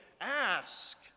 ask